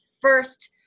first